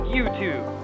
YouTube